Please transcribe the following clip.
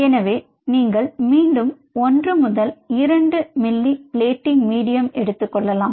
எனவே நீங்கள் மீண்டும் 1 முதல் 2 மில்லி பிளேட்டிங் மீடியம் எடுத்துக்கொள்ளலாம்